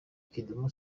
kidum